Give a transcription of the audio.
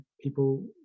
people